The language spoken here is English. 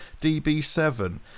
DB7